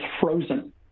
frozen